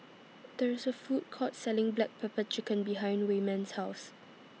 There IS A Food Court Selling Black Pepper Chicken behind Wayman's House